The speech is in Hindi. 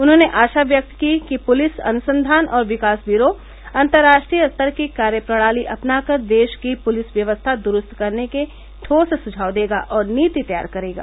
उन्होने आशा व्यक्त की कि पुलिस अनुसंघान और विकास ब्यूरो अंतर्राष्ट्रीय स्तर की कार्यप्रणाली अपनाकर देश की पुलिस व्यवस्था दुरूस्त करने के ठोस सुझाव देगा और नीति तैयार करेगा